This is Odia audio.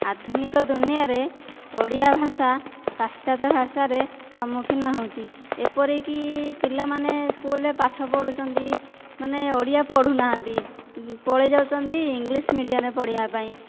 ଆଧୁନିକ ଦୁନିଆରେ ଓଡ଼ିଆ ଭାଷା ପାଶ୍ଚାତ୍ୟ ଭାଷାରେ ସମ୍ମୁଖୀନ ହୋଇଛି ଏପରି କି ପିଲାମାନେ ସ୍କୁଲରେ ପାଠ ପଢ଼ୁଛନ୍ତି ମାନେ ଓଡ଼ିଆ ପଢ଼ୁନାହାନ୍ତି ପଳାଇ ଯାଉଛନ୍ତି ଇଂଲିଶ ମିଡ଼ିୟମ୍ରେ ପଢ଼ିବା ପାଇଁ